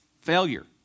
failure